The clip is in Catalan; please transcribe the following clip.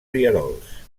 rierols